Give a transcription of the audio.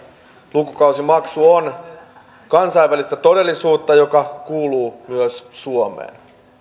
lukukausimaksu on kansainvälistä todellisuutta joka kuuluu myös suomeen